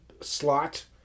slot